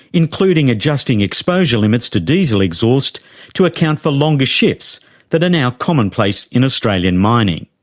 including adjusting exposure limits to diesel exhaust to account for longer shifts that are now commonplace in australian mining.